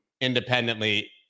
independently